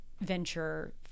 venture